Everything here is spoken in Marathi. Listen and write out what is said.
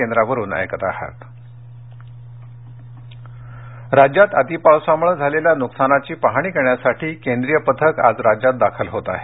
केंद्रीय पथक राज्यात अति पावसामुळे झालेल्या नुकसानीची पाहणी करण्यासाठी केंद्रीय पथक आज राज्यात दाखल होत आहे